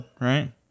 right